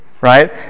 right